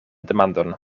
demandon